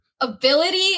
ability